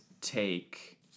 take